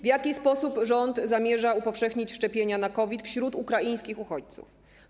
W jaki sposób rząd zamierza upowszechnić szczepienia na COVID wśród ukraińskich uchodźców?